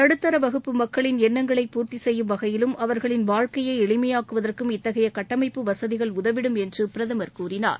நடுத்தர வகுப்பு மக்களின் எண்ணங்களை பூர்த்தி செய்யும் வகையிலும் அவர்களின் வாழ்க்கையை எளிமையாக்குவதற்கும் இத்தகைய கட்டமைப்பு வசதிகள் உதவிடும் என்று பிரதமர் கூறினார்